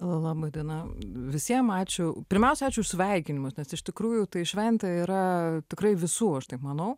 laba diena visiem ačiū pirmiausia ačiū už sveikinimus nes iš tikrųjų tai šventė yra tikrai visų aš taip manau